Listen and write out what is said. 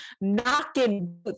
knocking